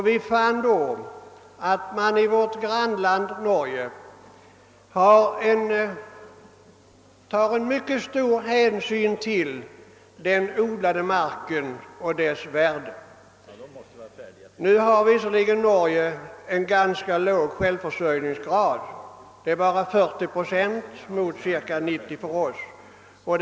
Vi fann då att man i vårt västra grannland tar mycket stor hänsyn till den odlade marken och dess värde. Nu har visserligen Norge en ganska låg självförsörjningsgrad, endast 40 procent mot cirka 90 procent i Sverige.